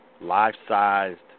life-sized